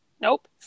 Nope